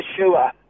Yeshua